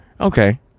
okay